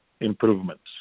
improvements